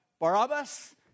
Barabbas